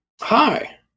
hi